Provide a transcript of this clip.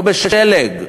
לא בשלג,